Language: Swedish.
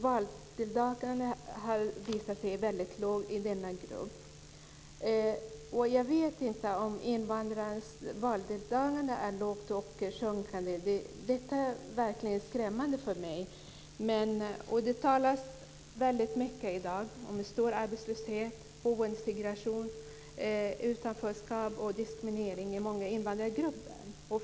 Valdeltagandet har visat sig väldigt lågt i denna grupp. Jag vet inte om invandrarnas valdeltagande också är sjunkande. Detta är verkligen skrämmande för mig. Det talas väldigt mycket i dag om stor arbetslöshet, boendesegregation, utanförskap och diskriminering i många invandrargrupper.